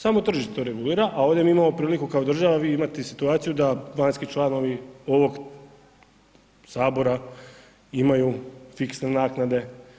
Samo tržište to regulira, a ovdje mi imamo priliku kao država imati situaciju da vanjski članovi ovoga Sabora imaju fiksne naknade.